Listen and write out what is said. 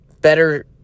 better